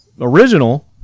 original